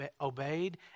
obeyed